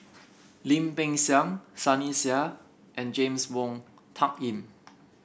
Lim Peng Siang Sunny Sia and James Wong Tuck Yim